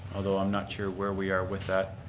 although i'm not sure where we are with that.